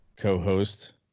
co-host